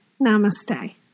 Namaste